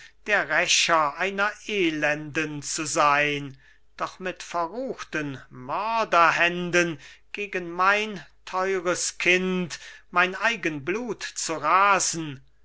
der rächer einer elenden zu sein doch mit verruchten mörderhänden gegen mein theures kind mein eigen blut zu rasen